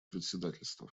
председательства